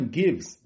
gives